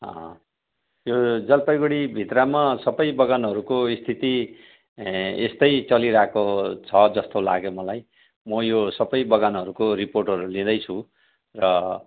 त्यो जलपाइगुडीभित्रमा सबै बगानहरूको स्थिति यस्तै चलिरहेको छ जस्तो लाग्यो मलाई म यो सबै बगानहरूको रिपोर्टहरू लिँदैछु र